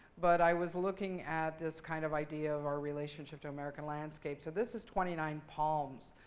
but i was looking at this kind of idea of our relationship to american landscape. so this is twentynine palms,